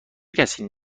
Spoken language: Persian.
کسی